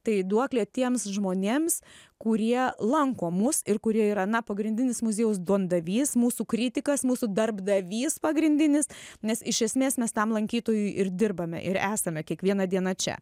tai duoklė tiems žmonėms kurie lanko mus ir kurie yra na pagrindinis muziejaus duondavys mūsų kritikas mūsų darbdavys pagrindinis nes iš esmės mes tam lankytojui ir dirbame ir esame kiekvieną dieną čia